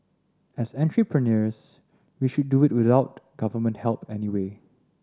as entrepreneurs we should do it without Government help anyway